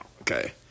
Okay